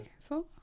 four